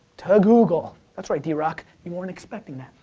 to google. that's right, drock, you weren't expecting that,